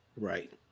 Right